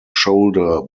shoulder